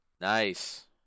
Nice